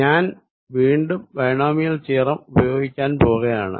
ഞാൻ വീണ്ടും binomial theorem ഉപയോഗിക്കാൻ പോകയാണ്